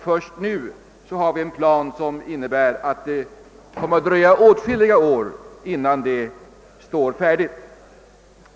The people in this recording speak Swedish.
Först nu har vi en plan, som innebär att det kommer att dröja åtskilliga år innan universitetet står färdigt.